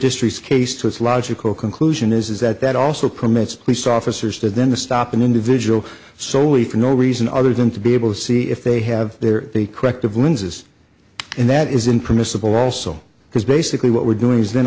district's case to its logical conclusion is that that also permits police officers to then the stop an individual soley for no reason other than to be able to see if they have their day corrective lenses and that is in permissible also because basically what we're doing is